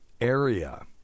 area